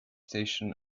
station